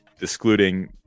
excluding